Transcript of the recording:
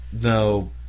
no